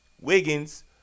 Wiggins